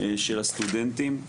של הסטודנטים.